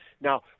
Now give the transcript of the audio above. Now